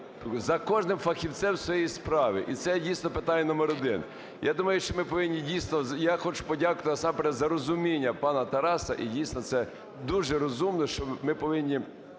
за кожним фахівцем своєї справи. І це дійсно питання номер один. Я думаю, що ми повинні дійсно… Я хочу подякувати, насамперед, за розуміння пана Тараса. І, дійсно, це дуже розумно, що ми повинні